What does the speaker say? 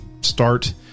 start